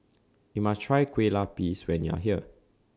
YOU must Try Kue Lupis when YOU Are here